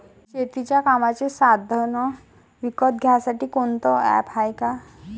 शेतीच्या कामाचे साधनं विकत घ्यासाठी कोनतं ॲप हाये का?